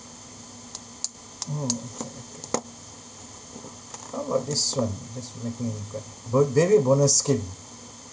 oh okay okay how about this one just to make me ba~ baby bonus scheme